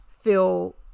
feel